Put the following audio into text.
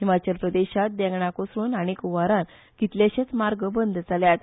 हिमाचल प्रदेशात देंगणा कोसळून आनी हुंवारान कितलेशेंच मार्ग बंद जात्यात